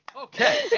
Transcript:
Okay